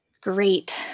great